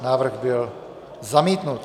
Návrh byl zamítnut.